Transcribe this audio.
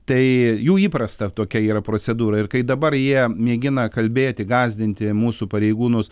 tai jų įprasta tokia yra procedūra ir kai dabar jie mėgina kalbėti gąsdinti mūsų pareigūnus